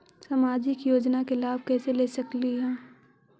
सामाजिक योजना के लाभ कैसे ले सकली हे?